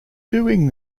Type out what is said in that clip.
doing